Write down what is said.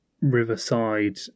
riverside